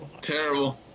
Terrible